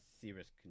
serious